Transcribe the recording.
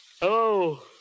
Hello